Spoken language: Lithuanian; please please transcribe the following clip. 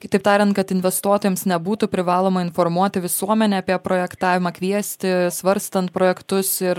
kitaip tariant kad investuotojams nebūtų privaloma informuoti visuomenę apie projektavimą kviesti svarstant projektus ir